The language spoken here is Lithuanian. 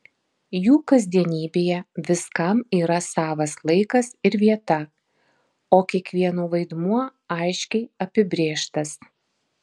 jų kasdienybėje viskam yra savas laikas ir vieta o kiekvieno vaidmuo aiškiai apibrėžtas